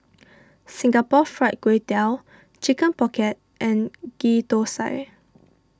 Singapore Fried Kway Tiao Chicken Pocket and Ghee Thosai